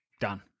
Done